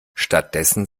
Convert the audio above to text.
stattdessen